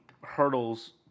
hurdles